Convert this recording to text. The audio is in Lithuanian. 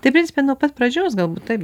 tai princime nuo pat pradžios galbūt taip